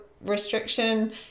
restriction